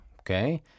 okay